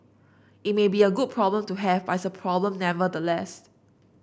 it may be a good problem to have but it's a problem nevertheless